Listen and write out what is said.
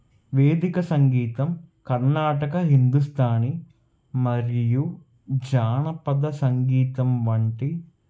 వేదిక సంగీతం కర్ణాటక హిందుస్తానీ మరియు జానపద సంగీతం వంటి